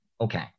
okay